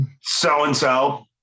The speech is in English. So-and-so